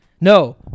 no